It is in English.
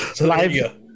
live